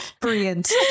Brilliant